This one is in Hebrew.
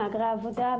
מהגרי העבודה,